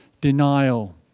denial